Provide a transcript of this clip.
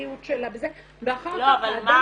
בריהוט שלה וזה ואחר כך האדם